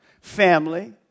family